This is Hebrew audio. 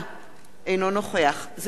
אינו נוכח זאב אלקין,